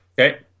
Okay